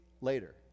later